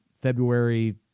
February